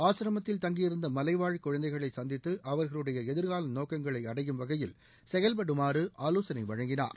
ஆசிரமத்தில் தங்கியிருந்த மலைவாழ் குழந்தைகளை சந்தித்து அவர்களுடைய எதிர்கால நோக்கங்களை அடையும் வகையில் செயல்படுமாறு ஆலோசனை வழங்கினார்